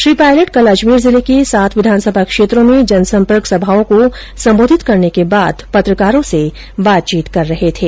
श्री पायलट कल अजमेर जिले के सात विधानसभा क्षेत्रों में जनसंपर्क सभाओं को संबोधित करने के बाद पत्रकारों से बातचीत कर रहे थे